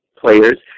players